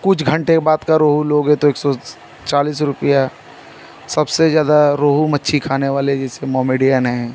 कुछ घंटे बाद का रोहू लोगे तो एक सौ चालीस रुपया सबसे ज़्यादा रोहू मच्छली खाने वाले जैसे मोमेडियन हैं